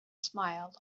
smiled